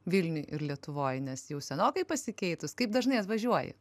vilniuj ir lietuvoj nes jau senokai pasikeitus kaip dažnai atvažiuoji